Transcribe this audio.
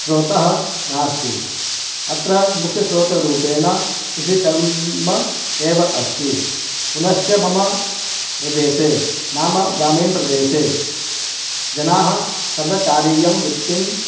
स्रोतः नास्ति अत्र मुख्यस्रोतरूपेण कृषिकर्म एव अस्तिपुनश्च मम प्रदेशे नाम ग्रामीणप्रदेशे जनाः सर्वकारीयां वृत्तिं